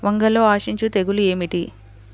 వంగలో ఆశించు తెగులు ఏమిటి?